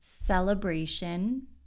celebration